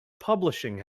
publishing